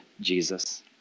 Jesus